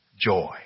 Joy